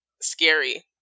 scary